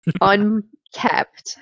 unkept